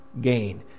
gain